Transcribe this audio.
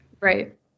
Right